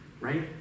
right